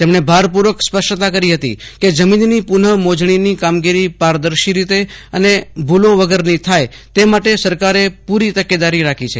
તેમજી ભારપૂર્વક સ્પષ્ટતા કરી હતી કે જમીનની પુનઃ મોજજીની કામગીરી પારદર્શી રીતે અને ભૂલો વગરની થાય તે માટે સરકારે પુરી તકેદારી રાખી છે